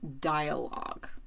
dialogue